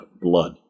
blood